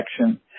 action